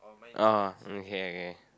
uh mm okay okay